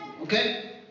Okay